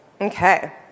Okay